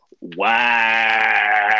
wow